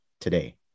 today